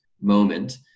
moment